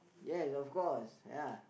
yes of course ya